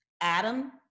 Adam